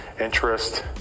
interest